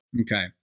Okay